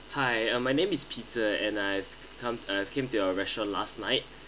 hi uh my name is peter and I've come I've came to your restaurant last night